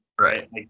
Right